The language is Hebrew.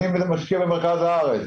אני משקיע במרכז הארץ".